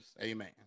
Amen